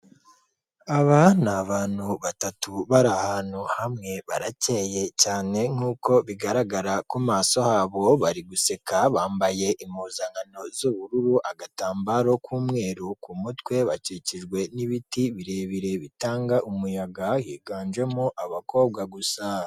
Aba ni abantu batatu bari ahantu hamwe, barakeye cyane nk'uko bigaragara ku maso habo. Bari guseka bambaye impuzankano z'ubururu, agatambaro k'umweru ku mutwe, bakikijwe n'ibiti birebire bitanga umuyaga. Higanjemo abakobwa gusa.